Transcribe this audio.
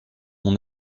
mon